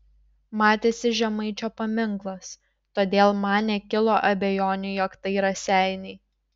matėsi žemaičio paminklas todėl man nekilo abejonių jog tai raseiniai